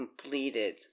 completed